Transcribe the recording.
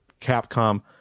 Capcom